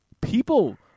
people –